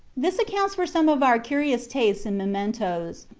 this accounts for some of our curious tastes in mementos.